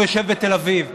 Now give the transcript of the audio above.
הוא יושב בתל אביב,